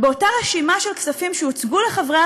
ובאותה רשימה של כספים שהוצגו לחברי